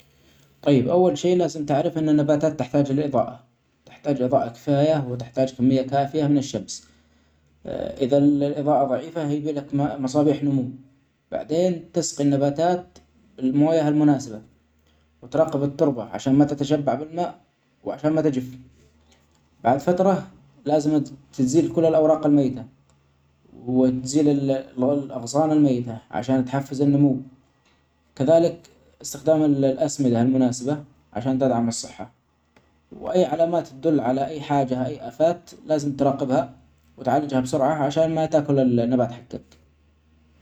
طيب اول شئ لازم تعرف ان النباتات تحتاج لاضاءة تحتاج اضاءة كفاية وتحتاج كمية كافية من الشمس اذا الاظاءة ضعيفةهيبلك مصابيح نمو بعدين تسقي النباتات بالموية المناسبة وتراقب التربة عشان ما تتشبع بالماء وعشان ما تجف بعد فترة لازم تزيل كل الاوراق الميتة وتزيل ال الاغصان الميتة عشان تحفز النمو كذلك استخدام ال الاسمدة المناسبة عشان تدعم الصحة واي علامات تدل على اي حاجة اي افات لازم تراقبها وتعالجها بسرعة عشان ما تاكل النبات حجك